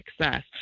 success